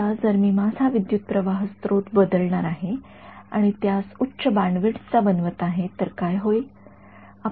आता जर मी माझा विद्युतप्रवाह स्त्रोत बदलणार आहे आणि त्यास उच्च बँडविड्थ चा बनवत आहे तर काय होईल